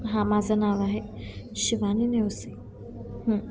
हां माझं नाव आहे शिवानी नेवसी